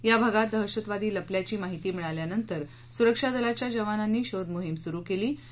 या भागात दहशतवादी लपल्याची माहिती मिळाल्यानंतर सुरक्षा दलाच्या जवानांनी शोध मोहिम सुरू केली होती